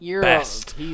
best